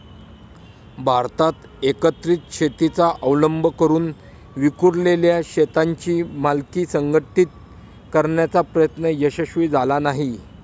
भारतात एकत्रित शेतीचा अवलंब करून विखुरलेल्या शेतांची मालकी संघटित करण्याचा प्रयत्न यशस्वी झाला नाही